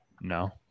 No